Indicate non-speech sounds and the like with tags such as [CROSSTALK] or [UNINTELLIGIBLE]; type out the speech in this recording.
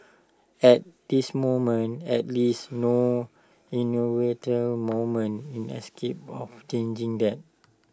at this moment at least no [UNINTELLIGIBLE] movement is capable of changing that